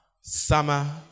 summer